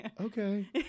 Okay